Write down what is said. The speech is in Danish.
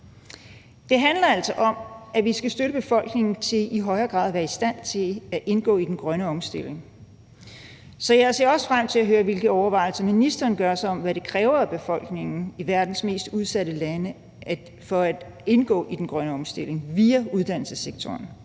Det handler altså om, at vi skal støtte befolkningen til i højere grad at være i stand til at indgå i den grønne omstilling, så jeg ser også frem til at høre, hvilke overvejelser ministeren gør sig om, hvad det kræver af befolkningen i verdens mest udsatte lande at indgå i den grønne omstilling via uddannelsessektoren,